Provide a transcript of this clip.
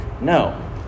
No